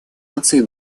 наций